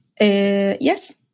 Yes